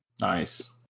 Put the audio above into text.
Nice